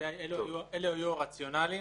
אלה היו הרציונלים.